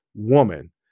woman